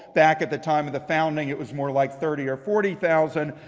back at the time of the founding, it was more like thirty or forty thousand.